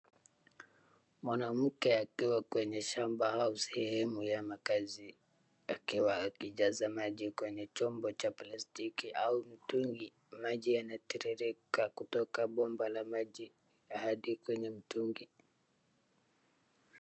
Mwanamke akiwa kwenye shamba au sehemu ya makazi akiwa akijaza maji kwenye chombo cha plastiki au mtungi. Maji yanatiririka kutoka bomba la maji hadi kwenye mtungi.